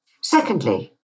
Secondly